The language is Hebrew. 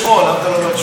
למה אתה לא אומר את שמו?